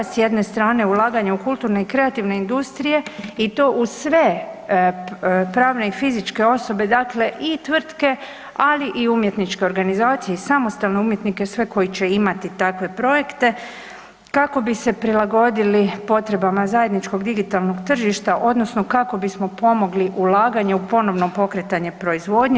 S jedne strane ulaganje u kulturne i kreativne industrije i to u sve pravne i fizičke osobe, dakle i tvrtke, ali i umjetničke organizacije i samostalne umjetnike, sve koji će imati takve projekte, kako bi se prilagodili potrebama zajedničkog digitalnog tržišta, odnosno kako bismo pomogli ulaganju u ponovno pokretanje proizvodnje.